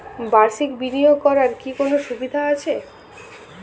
বাষির্ক বিনিয়োগ করার কি কোনো সুবিধা আছে?